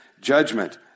judgment